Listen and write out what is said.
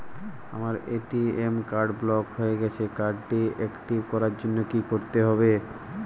আমার ATM card block হয়ে গেছে কার্ড টি একটিভ করার জন্যে কি করতে হবে?